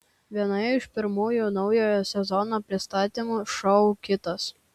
vienoje iš pirmųjų naujo sezono pasimatymų šou kitas